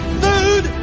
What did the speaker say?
food